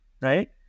Right